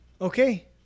Okay